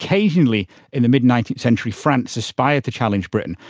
occasionally in the mid nineteenth century france aspired to challenge britain,